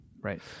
Right